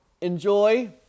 enjoy